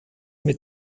mit